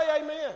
amen